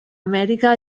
amèrica